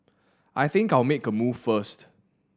I think I'll make a move first